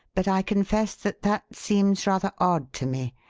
but i confess that that seems rather odd to me.